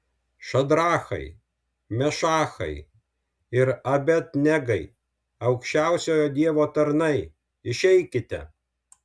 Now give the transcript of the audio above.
šadrachai mešachai ir abed negai aukščiausiojo dievo tarnai išeikite